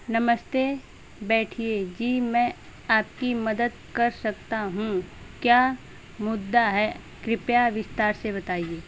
नमस्ते बैठिए जी मैं आपकी मदद कर सकता हूँ क्या मुद्दा है कृपया विस्तार से बताइए